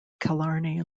killarney